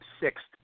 sixth